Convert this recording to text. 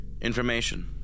Information